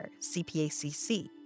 CPACC